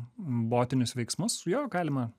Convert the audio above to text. botinius veiksmus jo galima